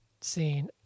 scene